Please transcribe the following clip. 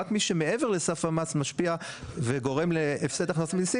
רק מי שמעבר לסף המס משפיע וגורם להפסד הכנסות ממסים,